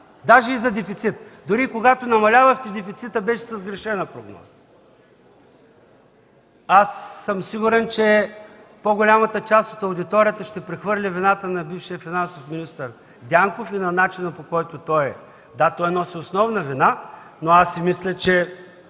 даже и за дефицита. Дори когато намалявахте дефицита, той беше със сгрешена прогноза. Аз съм сигурен, че по-голямата част от аудиторията ще прехвърли вината на бившия финансов министър Дянков. Да, той носи основна вина, но си мисля, че